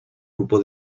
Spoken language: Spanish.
grupo